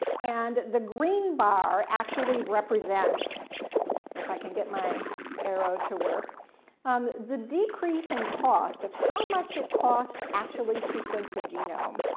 and the green bar actually represents if i can get my arrow to work um the decrease in cost of how much it costs to actually sequence a genome,